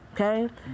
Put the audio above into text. okay